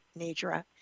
Nidra